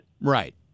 Right